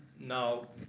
now